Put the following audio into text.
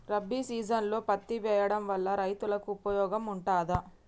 రబీ సీజన్లో పత్తి వేయడం వల్ల రైతులకు ఉపయోగం ఉంటదా?